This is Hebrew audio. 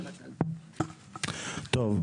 טוב,